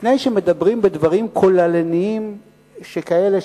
לפני שמדברים בדברים כוללניים שכאלה,